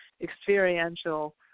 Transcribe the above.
experiential